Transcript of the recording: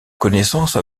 connaissance